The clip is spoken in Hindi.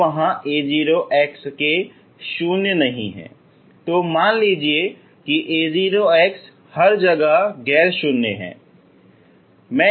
यदि वहाँ a0 के शून्य नहीं हैं तो मान लीजिए कि a0 हर जगह गैर शून्य है